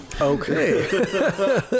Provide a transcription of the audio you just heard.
Okay